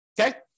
okay